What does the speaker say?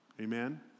Amen